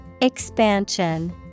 Expansion